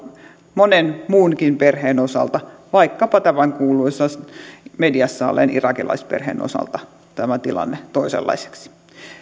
monen muunkin perheen osalta vaikkapa tämän mediassa olleen irakilaisperheen osalta tilanne toisenlaiseksi